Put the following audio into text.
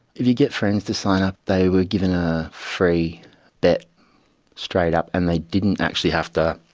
if you get friends to sign up, they were given a free bet straight up and they didn't actually have to